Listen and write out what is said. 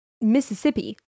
Mississippi